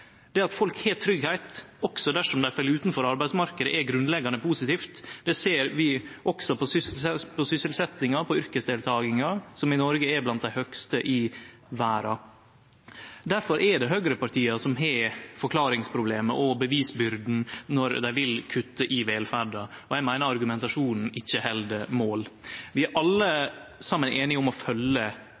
problemet. At folk har tryggleik, også dersom dei fell utanfor arbeidsmarknaden, er grunnleggjande positivt. Det ser vi også på sysselsetjinga, på yrkesdeltakinga i Noreg, som er blant dei høgste i verda. Derfor er det høgrepartia som har forklaringsproblemet og bevisbyrda når dei vil kutte i velferda. Og eg meiner argumentasjonen ikkje held mål. Vi er alle saman einige om å